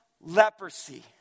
leprosy